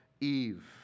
Eve